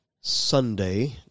Sunday